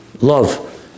love